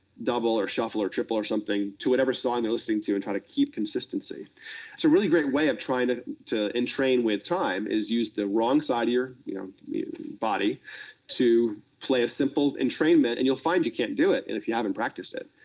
double, or shuffle, or triple, or something, to whatever song they're listening to and try to keep consistency. so a really great way of trying to to entrain with time is use the wrong side of your you know body to play a simple entrainment, and you'll find you can't do it, and if you haven't practiced it.